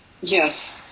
yes